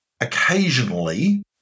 occasionally